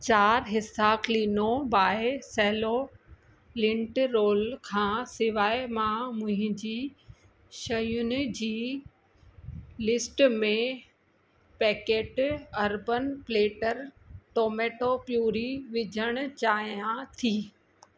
चारि हिसा Kleeno by Cello lint roller खां सवाइ मां मुंहिंजी शयुनि जी लिस्ट में packet urban platter tomato puree विझणु चाहियां थी